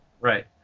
Right